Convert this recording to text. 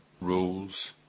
rules